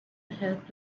help